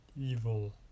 evil